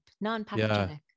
non-pathogenic